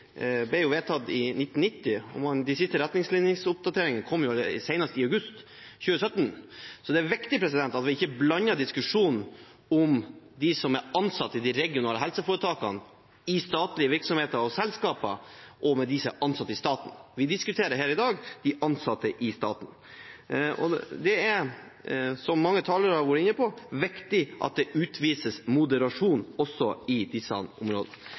ble etablert i 1990, og de siste retningslinjeoppdateringene kom senest i august 2017. Det er viktig at vi i diskusjonen ikke blander dem som er ansatt i de regionale helseforetakene, i statlige virksomheter og selskaper, med dem som er ansatt i staten. Vi diskuterer i dag de ansatte i staten. Og det er – som mange talere har vært inne på – viktig at det utvises moderasjon også på disse områdene.